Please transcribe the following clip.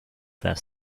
their